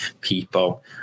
people